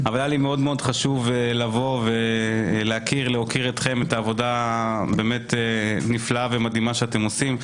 היה לי חשוב מאוד לבוא ולהוקיר את העבודה הנפלאה והמדהימה שאתם עושים.